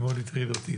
שמאוד הטריד אותי,